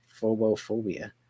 Phobophobia